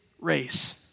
race